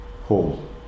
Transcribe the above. home